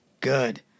good